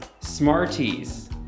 Smarties